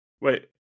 Wait